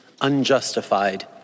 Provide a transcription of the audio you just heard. unjustified